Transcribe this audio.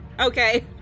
Okay